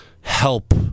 help